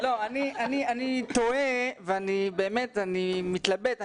אני תוהה ואני מתלבט.